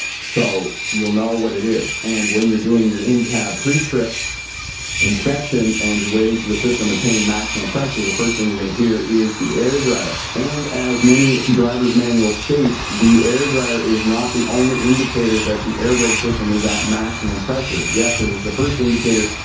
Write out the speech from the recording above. so you'll know what it is. and when you're doing your in cab pre-trip inspection and you're waiting for the system attain maximum pressure, the first thing you're going to hear is the air dryer. and as many drivers' manual state the air dryer is not the only indicator that the airbrake system is at maximum pressure. yes it is the first indicator,